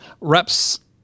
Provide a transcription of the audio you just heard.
reps